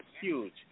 huge